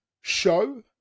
show